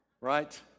Right